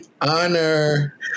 honor